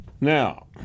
Now